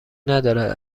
ندارد